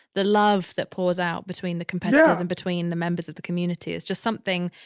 the love that pours out between the competitors and between the members of the community is just something,